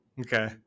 Okay